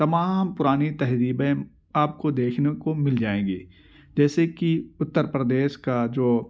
تمام پرانی تہذیبیں آپ کو دیکھنے کو مل جائیں گی جیسے کہ اتر پردیش کا جو